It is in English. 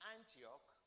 Antioch